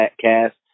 cast